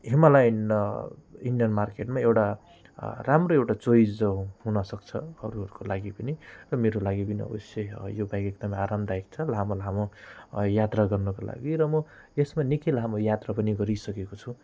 Himalayan Indian मार्केटमा एउटा राम्रो एउटा चोइस हो हुन सक्छ अरूहरूको लागि पनि र मेरो लागि पनि अवश्य यो बाइक एकदमै आरामदायक छ लामो लामो यात्रा गर्नका लागि र म यसमा निकै लामो यात्रा पनि गरिसकेको छु